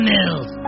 Mills